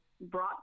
brought